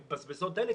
הן מבזבזות דלק.